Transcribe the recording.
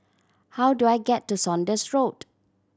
how do I get to Saunders Road